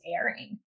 airing